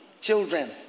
Children